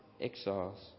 exiles